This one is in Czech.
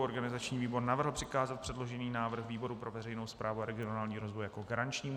Organizační výbor navrhl přikázat předložený návrh výboru pro veřejnou správu a regionální rozvoj jako garančnímu.